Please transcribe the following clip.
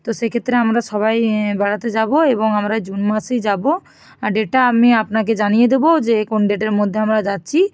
তো সেক্ষেত্রে আমরা সবাই বেড়াতে যাব এবং আমরা জুন মাসেই যাব ডেটটা আমি আপনাকে জানিয়ে দেব যে কোন ডেটের মধ্যে আমরা যাচ্ছি